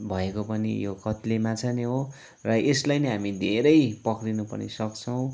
भएको पनि यो कत्ले माछा नै हो र यसलाई नै हामी धेरै पक्रिनु पनि सक्छौँ